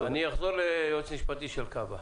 אני אחזור ליועץ המשפטי של כב"א.